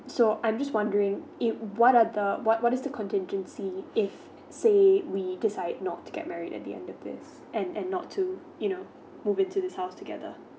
so I'm just wondering if what are the what what is the contingency if say we decide not to get married at the end of this and and and not too you know moving to the house together